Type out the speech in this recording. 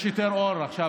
יש יותר אור עכשיו,